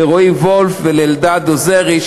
לרועי וולף ולאלדד עוזרי,